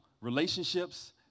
relationships